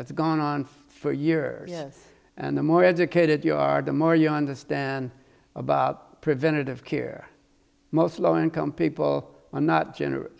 that's gone on for years and the more educated you are the more you understand about preventative care most low income people are not generally